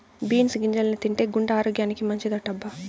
beans గింజల్ని తింటే గుండె ఆరోగ్యానికి మంచిదటబ్బా